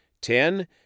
Ten